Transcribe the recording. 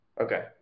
Okay